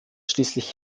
schließlich